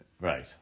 Right